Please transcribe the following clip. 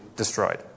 destroyed